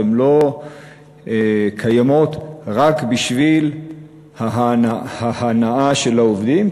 לא קיימות רק בשביל ההנאה של העובדים,